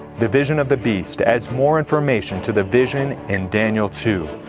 the vision of the beasts adds more information to the vision in daniel two.